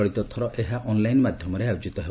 ଚଳିତ ଥର ଏହା ଅନଲାଇନ ମାଧ୍ୟମରେ ଆୟୋଜିତ ହେବ